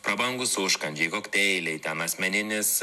prabangūs užkandžiai kokteiliai ten asmeninis